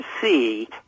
see